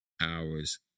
hours